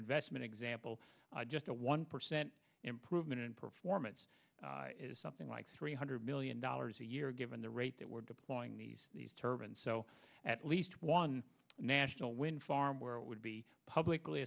investment example just a one percent improvement in performance is something like three hundred million dollars a year given the rate that we're deploying these turbaned so at least one national wind farm where it would be publicly